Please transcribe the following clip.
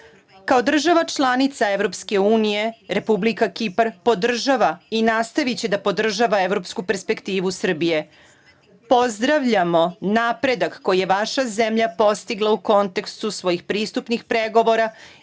država članica Evropske unije, Republika Kipar podržava i nastaviće da podržava evropsku perspektivu Srbije. Pozdravljamo napredak koji je vaša zemlja postigla u kontekstu svojih pristupnih pregovora